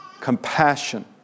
compassion